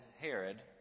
Herod